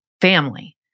family